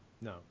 No